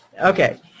okay